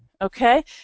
okay